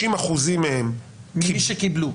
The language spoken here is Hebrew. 60% מהם קיבלו,